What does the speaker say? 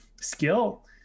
skill